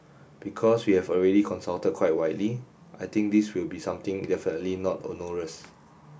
because we have already consulted quite widely I think this will be something definitely not onerous